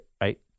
right